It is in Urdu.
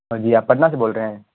ہاں جی آپ پٹنہ سے بول رہے ہیں